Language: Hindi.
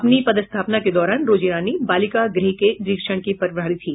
अपनी पदस्थापना के दौरान रोजी रानी बालिका गृह के निरीक्षण की प्रभारी थी